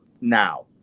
now